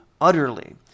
utterly